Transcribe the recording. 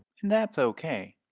and that's ok!